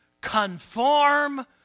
conform